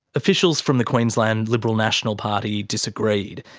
officials from the queensland liberal national party disagreed.